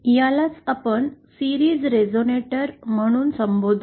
यालाच आपण series resonator म्हणून संबोधतो